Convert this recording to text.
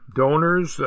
donors